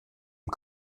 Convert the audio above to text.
dem